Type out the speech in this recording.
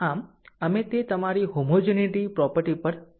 આમ અમે તે તમારી હોમોજેનીટી પ્રોપર્ટી પર આવીશું